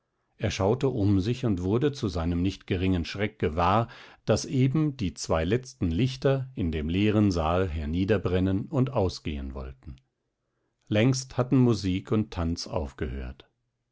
er schaute um sich und wurde zu seinem nicht geringen schreck gewahr daß eben die zwei letzten lichter in dem leeren saal herniederbrennen und ausgehen wollten längst hatten musik und tanz aufgehört